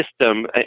system